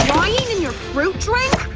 in your fruit drink?